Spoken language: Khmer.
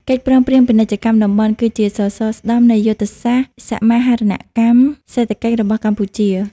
កិច្ចព្រមព្រៀងពាណិជ្ជកម្មតំបន់ គឺជាសសរស្តម្ភនៃយុទ្ធសាស្ត្រសមាហរណកម្មសេដ្ឋកិច្ចរបស់កម្ពុជា។